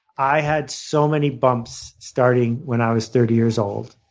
i had so many bumps starting when i was thirty years old.